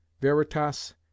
Veritas